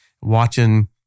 watching